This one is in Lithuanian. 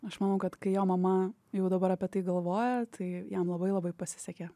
aš manau kad kai jo mama jau dabar apie tai galvoja tai jam labai labai pasisekė